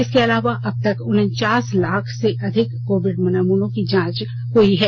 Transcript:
इसके अलावा अब तक उनचालीस लाख से अधिक कोविड नमूनों की जांच हुई है